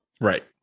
Right